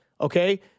okay